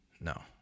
no